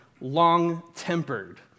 long-tempered